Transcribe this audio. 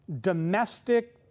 domestic